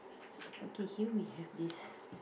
okay here we have this